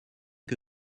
que